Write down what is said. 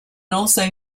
also